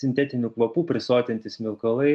sintetinių kvapų prisotinti smilkalai